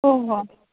हो हो